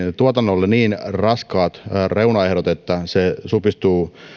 tuotannolle niin raskaita reunaehtoja että se supistuu